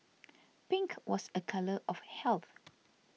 pink was a colour of health